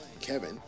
Kevin